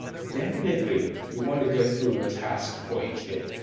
definitely, you want to get through your task for each day,